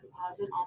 composite